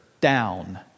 down